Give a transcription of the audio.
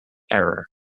error